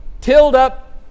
tilled-up